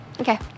Okay